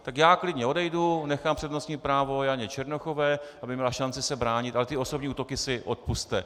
Tak já klidně odejdu, nechám přednostní právo Janě Černochové, aby měla šanci se bránit, ale osobní útoky si odpusťte.